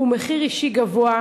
הוא מחיר אישי גבוה.